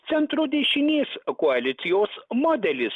centro dešinės koalicijos modelis